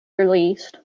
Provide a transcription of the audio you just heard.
released